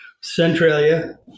Centralia